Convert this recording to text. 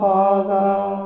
Father